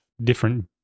different